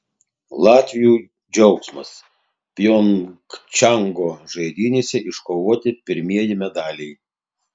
latvių džiaugsmas pjongčango žaidynėse iškovoti pirmieji medaliai